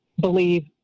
believe